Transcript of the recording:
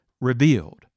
revealed